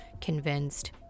convinced